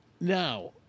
Now